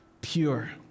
pure